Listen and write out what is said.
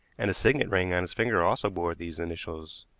and a signet ring on his finger also bore these initials.